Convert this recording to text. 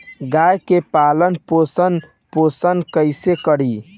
गाय के पालन पोषण पोषण कैसे करी?